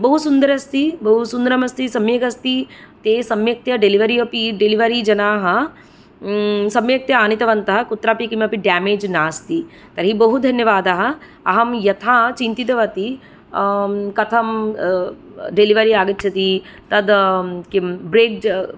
बहुसुन्दरम् अस्ति बहुसुन्दरमस्ति सम्यक् अस्ति ते सम्यक्तया डेलिवरी अपि डेलिवरी जनाः सम्यक्तया आनीतवन्तः कुत्रापि किमपि डेमेज् नास्ति तर्हि बहु धन्यवादाः अहं यथा चिन्तितवती कथं डेलिवरी आगच्छति तत् किं ब्रेड्ज्